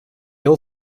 ill